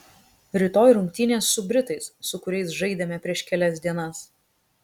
rytoj rungtynės su britais su kuriais žaidėme prieš kelias dienas